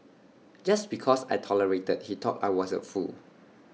just because I tolerated he thought I was A fool